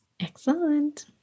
Excellent